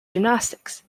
gymnastics